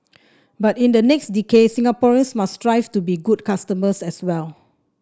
but in the next decade Singaporeans must strive to be good customers as well